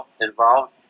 involved